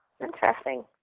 interesting